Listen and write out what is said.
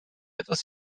etwas